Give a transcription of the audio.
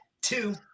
two